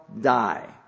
die